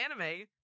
anime